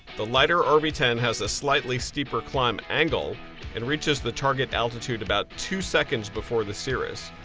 the lighter rv ten has a slightly steeper climb angle and reaches the target altitude about two seconds before the cirrus.